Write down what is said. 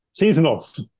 seasonals